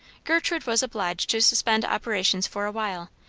gertrude was obliged to suspend operations for a while,